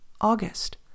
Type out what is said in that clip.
August